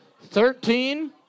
thirteen